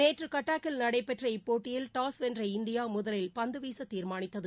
நேற்று கட்டாக்கில் நடைபெற்ற இப்போட்டியில் டாஸ் வென்ற இந்தியா முதலில் பந்து வீச தீர்மானித்தது